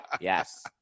Yes